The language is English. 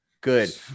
good